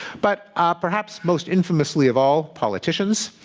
but ah perhaps most infamously of all, politicians.